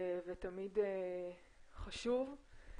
ותמיד חשוב.